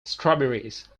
strawberries